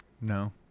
No